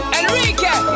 Enrique